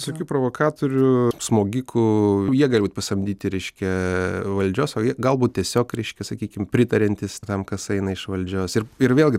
visokių provokatorių smogikų jie gali būt pasamdyti reiškia valdžios o jie galbūt tiesiog reiškia sakykim pritariantys tam kas eina iš valdžios ir ir vėlgi